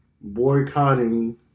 boycotting